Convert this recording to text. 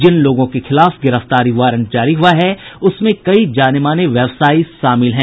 जिन लोगों के खिलाफ गिरफ्तारी वारंट जारी हुआ है उसमें कई जाने माने व्यवसायी हैं